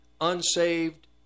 unsaved